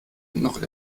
noch